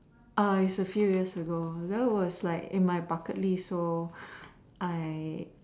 it is a few years ago that was like in my bucket list so I